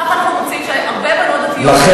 אנחנו רוצים שהרבה בנות דתיות,